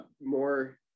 more